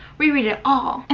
reread it all. and